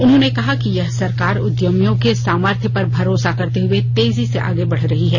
उन्होंने कहा कि यह सरकार उद्यमियों के सामर्थ्य पर भरोसा करते हुए तेजी से आगे बढ़ रही है